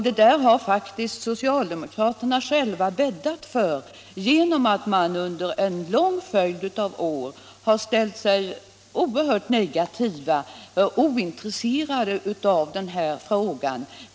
Det har socialdemokraterna själva bäddat för genom att de under en lång följd av år ställt sig oerhört negativa till eller varit ointresserade av denna fråga.